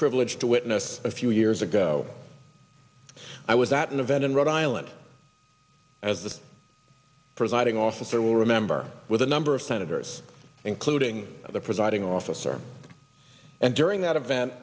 privileged to witness a few years ago i was at an event in rhode island as the presiding officer will remember with a number of senators including the presiding officer and during that event